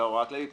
צריך